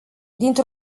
dintr